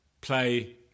play